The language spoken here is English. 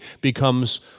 becomes